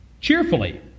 Cheerfully